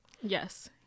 Yes